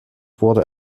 wurde